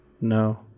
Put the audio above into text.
No